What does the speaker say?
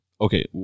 Okay